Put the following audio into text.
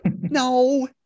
No